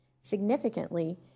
Significantly